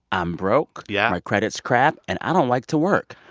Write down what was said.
i'm broke yeah my credit's crap. and i don't like to work.